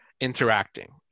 interacting